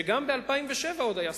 נאמר בהגינות שגם ב-2007 עוד היה שגשוג,